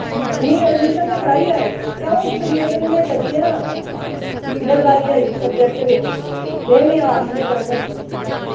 मेरी एडमिशन ते कराई आए ते अ'ऊं त्रिये दिन गै जाइयै ना बदलाई आई सब्जैक्ट गै में मेहें आर्ट्स गै पढ़ना